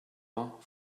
vingt